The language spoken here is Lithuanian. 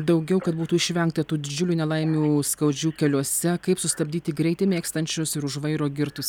daugiau kad būtų išvengta tų didžiulių nelaimių skaudžių keliuose kaip sustabdyti greitį mėgstančius ir už vairo girtus